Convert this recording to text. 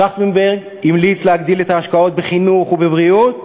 טרכטנברג המליץ להגדיל את ההשקעות בחינוך ובבריאות,